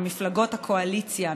ממפלגות הקואליציה,